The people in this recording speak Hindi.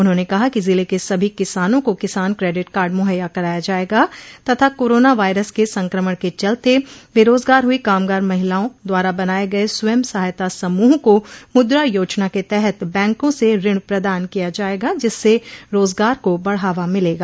उन्होंने कहा कि जिले के सभी किसानों को किसान क्रेडिट कार्ड मुहैया कराया जायेगा तथा कोरोना वायरस के संक्रमण के चलत बेरोजगार हुई कामगार महिलाओं द्वारा बनाये गये स्वयं सहायता समूह को मुद्रा योजना के तहत बैंकों से ऋण प्रदान किया जायेगा जिससे रोजगार को बढावा मिलेगा